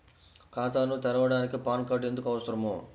ఖాతాను తెరవడానికి PAN card ఎందుకు అవసరము?